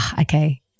okay